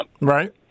Right